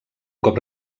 cop